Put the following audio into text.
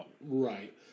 Right